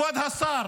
כבוד השר,